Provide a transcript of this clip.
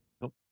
Nope